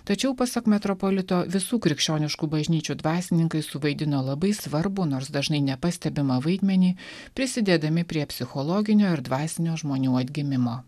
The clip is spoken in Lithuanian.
tačiau pasak metropolito visų krikščioniškų bažnyčių dvasininkai suvaidino labai svarbų nors dažnai nepastebimą vaidmenį prisidėdami prie psichologinio ir dvasinio žmonių atgimimo